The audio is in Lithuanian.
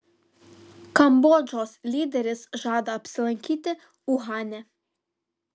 kambodžos lyderis žada apsilankyti uhane